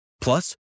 Plus